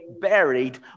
buried